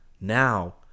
now